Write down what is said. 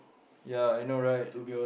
ya I know right